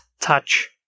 Touch